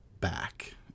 back